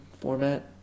format